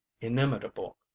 inimitable